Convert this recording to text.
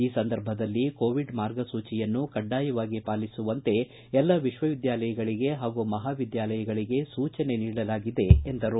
ಈ ಸಂದರ್ಭದಲ್ಲಿ ಕೋವಿಡ್ ಮಾರ್ಗಸೂಚಿಯನ್ನು ಕಡ್ಡಾಯವಾಗಿ ಪಾಲಿಸಲು ಎಲ್ಲ ವಿಶ್ವವಿದ್ಯಾಲಯಗಳಿಗೆ ಹಾಗೂ ಮಹಾವಿದ್ಯಾಲಯಗಳಿಗೆ ಸೂಚನೆ ನೀಡಲಾಗಿದೆ ಎಂದರು